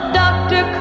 doctor